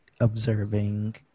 observing